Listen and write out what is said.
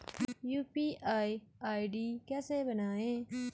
UPI ID कैसे बनायें?